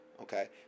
Okay